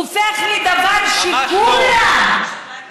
הופך לדבר שכולם, ממש לא.